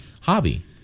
hobby